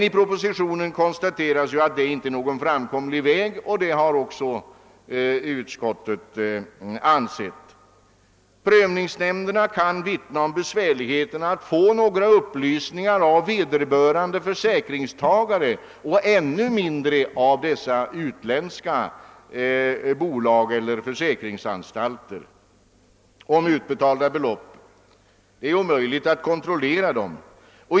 I propositionen konstateras emellertid att detta inte är någon framkomlig väg, och utskottet har samma mening. Prövningsnämnderna kan vittna om besvärligheterna att få några upplysningar av vederbörande försäkringstagare och ännu mindre av dessa utländska försäkringsanstalter om utbetalda belopp. Det är omöjligt att kontrollera dem.